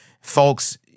Folks